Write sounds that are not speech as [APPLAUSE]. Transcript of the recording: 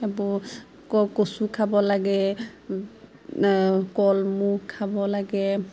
[UNINTELLIGIBLE] কচু খাব লাগে কলমৌ খাব লাগে